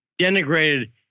denigrated